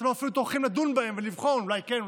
אתם אפילו לא טורחים לדון בהן ולבחון אולי כן,